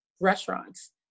restaurants